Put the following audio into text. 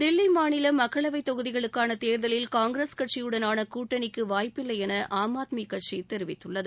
தில்லி மாநில மக்களவை தேர்தலில் காங்கிரஸ் கட்சியுடனான கூட்டணிக்கு வாய்ப்பில்லை என ஆம் ஆத்மி கட்சி தெரிவித்துள்ளது